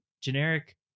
generic